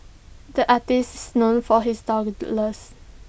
the artist is known for his